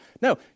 no